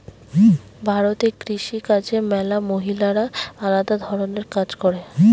ভারতে কৃষি কাজে ম্যালা মহিলারা আলদা ধরণের কাজ করে